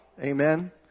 Amen